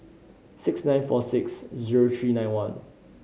six nine four six zero three nine one